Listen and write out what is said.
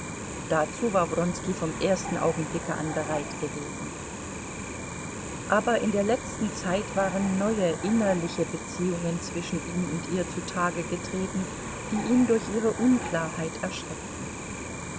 dazu war wronski vom ersten augenblicke an bereit gewesen aber in der letzten zeit waren neue innerliche beziehungen zwischen ihm und ihr zutage getreten die ihn durch ihre unklarheit erschreckten